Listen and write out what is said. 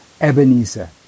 Ebenezer